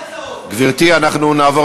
התשע"ו 2016, בקריאה